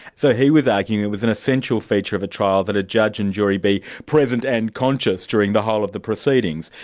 so he was arguing it was an essential feature of a trial that a judge and jury be present and conscious during the whole of the proceedings?